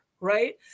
right